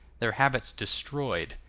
their habits destroyed,